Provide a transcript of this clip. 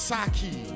Saki